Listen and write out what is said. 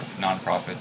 nonprofits